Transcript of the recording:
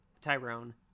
Tyrone